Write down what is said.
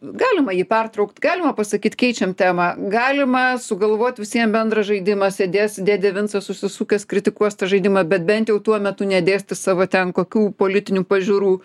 galima jį pertraukt galima pasakyt keičiam temą galima sugalvot visiem bendrą žaidimą sėdės dėdė vincas susisukęs kritikuos tą žaidimą bet bent jau tuo metu nedėstys savo ten kokių politinių pažiūrų